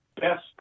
best